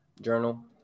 Journal